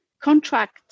contract